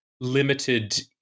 limited